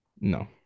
No